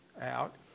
out